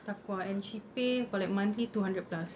TAQWA and she pay for like monthly two hundred plus